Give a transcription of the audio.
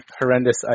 horrendous